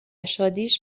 شادیش